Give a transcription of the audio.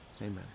Amen